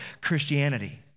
Christianity